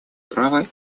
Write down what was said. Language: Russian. права